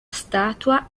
statua